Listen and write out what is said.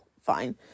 fine